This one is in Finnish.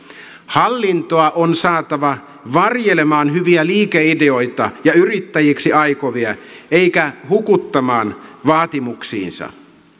hallintoa on saatava varjelemaan hyviä liikeideoita ja yrittäjiksi aikovia eikä hukuttamaan vaatimuksiinsa